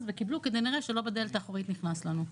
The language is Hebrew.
וקיבלו כדי שנראה שלא בדלת האחורית נכנס לנו.